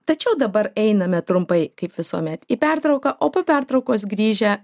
tačiau dabar einame trumpai kaip visuomet į pertrauką o po pertraukos grįžę